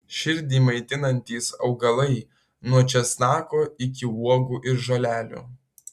širdį maitinantys augalai nuo česnako iki uogų ir žolelių